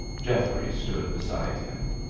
geoffrey stood beside him.